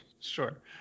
Sure